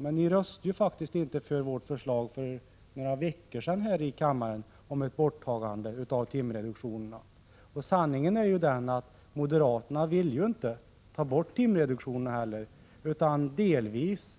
Men ni röstade ju faktiskt inte på vårt förslag för några veckor sedan här i kammaren om ett borttagande av timreduktionerna. Sanningen är den att moderaterna inte vill ta bort timreduktionerna helt utan bara delvis.